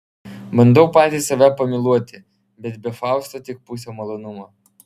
bandau pati save pamyluoti bet be fausto tik pusė malonumo